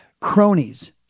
cronies